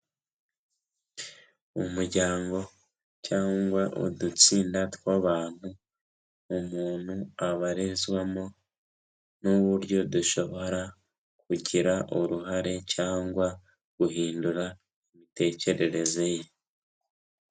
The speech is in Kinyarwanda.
Umuryango cyangwa udutsinda tw'abantu umuntu abarizwamo n'uburyo dushobora kugira uruhare cyangwa guhindura imitekerereze ye.